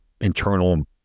internal